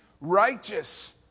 righteous